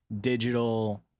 digital